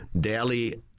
daily